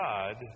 God